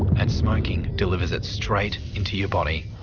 and smoking delivers it straight into your body.